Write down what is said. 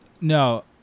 No